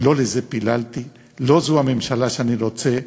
לא לזה פיללתי, לא זו הממשלה שאני רוצה.